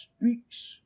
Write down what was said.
speaks